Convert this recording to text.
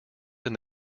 than